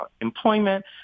employment